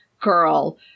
girl